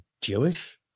Jewish